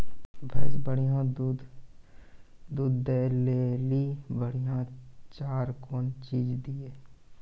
भैंस बढ़िया दूध दऽ ले ली बढ़िया चार कौन चीज दिए?